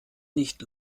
nicht